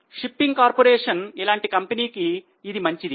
shipping corporation ఇలాంటి కంపెనీకి ఇది మంచిది